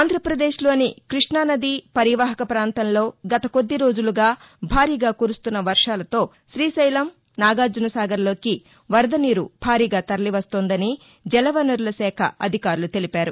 ఆంధ్రాపదేశ్లోని కృష్ణా నది పరీవాహక పాంతంలో గత కొద్ది రోజులుగా భారీగా కురుస్తున్న వర్షాలతో శ్రీశైలం నాగార్జన సాగర్లోకి వరద నీరు భారీగా తరలి వస్తోందని జలవనరుల శాఖ అధికారులు తెలిపారు